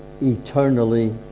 eternally